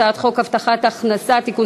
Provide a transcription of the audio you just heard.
הצעת חוק הבטחת הכנסה (תיקון,